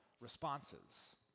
responses